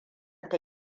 ta